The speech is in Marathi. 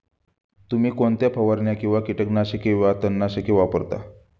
तुम्ही कोणत्या फवारण्या किंवा कीटकनाशके वा तणनाशके वापरता?